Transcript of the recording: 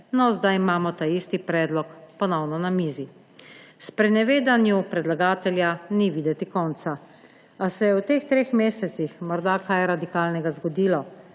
no, zdaj imamo ta isti predlog ponovno na mizi. Sprenevedanju predlagatelja ni videti konca. Ali se je v teh treh mesecih morda kaj radikalnega zgodilo,